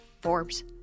Forbes